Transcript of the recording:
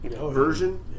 Version